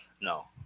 No